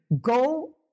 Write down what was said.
go